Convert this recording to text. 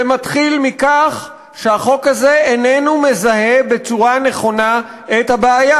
זה מתחיל מכך שהחוק הזה איננו מזהה בצורה נכונה את הבעיה.